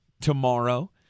tomorrow